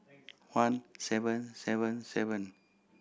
one seven seven seven